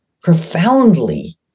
profoundly